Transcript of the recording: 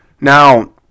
Now